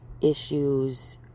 issues